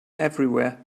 everywhere